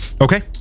Okay